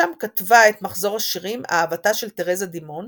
שם כתבה את מחזור השירים אהבתה של תרזה די מון,